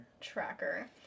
tracker